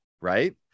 Right